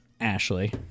Ashley